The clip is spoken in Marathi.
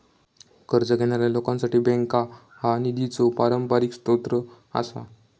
कर्ज घेणाऱ्या लोकांसाठी बँका हा निधीचो पारंपरिक स्रोत आसा